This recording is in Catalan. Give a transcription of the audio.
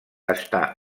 està